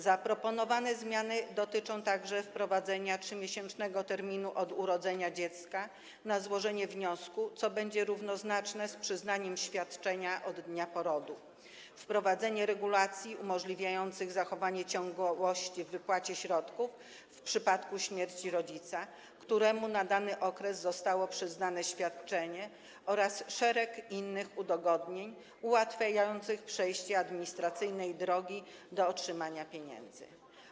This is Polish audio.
Zaproponowane zmiany to także wprowadzenie 3-miesięcznego terminu od urodzenia dziecka na złożenie wniosku, co będzie równoznaczne z przyznaniem świadczenia od dnia porodu, wprowadzenie regulacji umożliwiających zachowanie ciągłości w wypłacie środków w przypadku śmierci rodzica, któremu na dany okres zostało przyznane świadczenie, oraz szereg innych udogodnień ułatwiających przejście administracyjnej drogi do otrzymania pieniędzy.